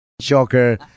shocker